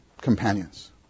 Companions